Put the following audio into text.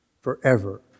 forever